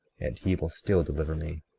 and he will still deliver me.